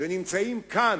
כשנמצאים כאן,